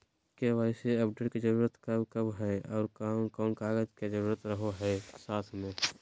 KYC update के जरूरत कब कब है और कौन कौन कागज के जरूरत रहो है साथ में?